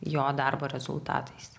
jo darbo rezultatais